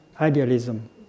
idealism